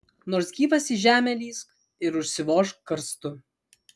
nors gyvas į žemę lįsk ir užsivožk karstu